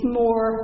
more